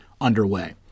underway